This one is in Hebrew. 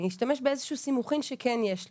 אני אשתמש באיזשהו סימוכין שכן יש לנו,